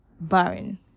barren